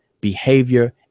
behavior